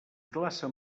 glaça